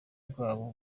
bwabo